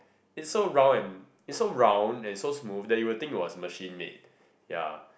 it's so round and it's so round and so smooth that you would think it was machine made ya